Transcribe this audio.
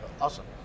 Awesome